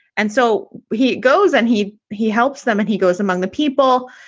and so he goes and he he helps them and he goes among the people.